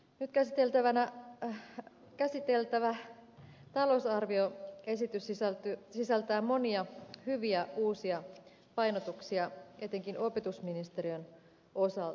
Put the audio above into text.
nyt käsiteltävä talousarvioesitys sisältää monia hyviä uusia painotuksia etenkin opetusministeriön osalta